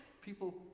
people